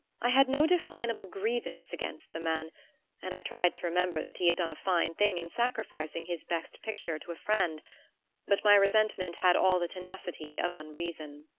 i had no definable grievance against the man and i tried to remember that he had done a fine thing in sacrificing his best picture to a friend but my resentment had all the tenacity of unreason.